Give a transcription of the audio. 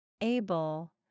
Able